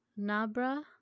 Nabra